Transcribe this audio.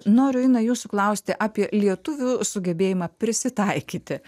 noriu ina jūsų klausti apie lietuvių sugebėjimą prisitaikyti